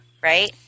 right